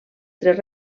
tres